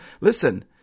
listen